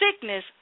sickness